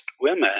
women